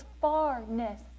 farness